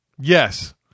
yes